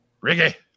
Ricky